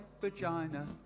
vagina